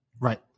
Right